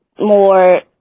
More